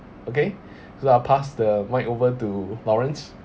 okay so I pass the mic over to lawrence